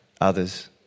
others